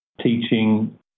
teaching